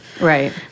Right